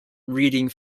reading